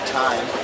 time